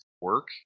work